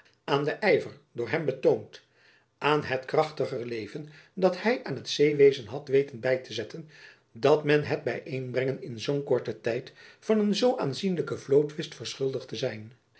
aan den yver door hem betoond aan het krachtiger leven dat hy aan het zeewezen had weten by te zetten dat men het byeenbrengen in zoo korten tijd van een zoo aanzienlijke vloot wist verschuldigd te zijn